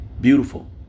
Beautiful